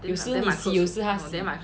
有时你洗有时他洗